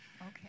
okay